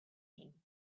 him